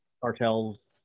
cartels